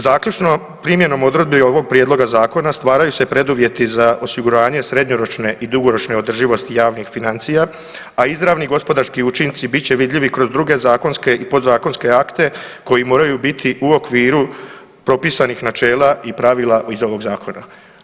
Zaključno, primjenom odredbe ovog prijedloga zakona stvaraju se preduvjeti za osiguranje srednjoročne i dugoročne održivosti javnih financija a izravni gospodarski učinci bit će vidljivi kroz druge zakonske i podzakonske akte koji moraju biti u okviru propisanih načela i pravila iz ovog zakona.